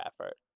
effort